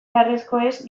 beharrekoez